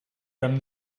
from